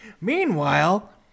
Meanwhile